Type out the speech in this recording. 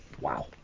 Wow